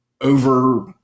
over